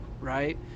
right